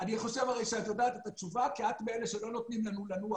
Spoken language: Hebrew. אני חושב שאת יודעת את התשובה כי את מאלה שלא נותנים לנו לנוח,